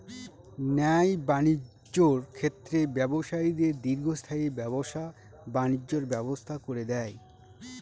ন্যায় বাণিজ্যের ক্ষেত্রে ব্যবসায়ীদের দীর্ঘস্থায়ী ব্যবসা বাণিজ্যের ব্যবস্থা করে দেয়